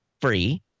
free